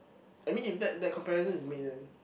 I mean if that that comparison is made then